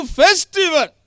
festival